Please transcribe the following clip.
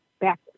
back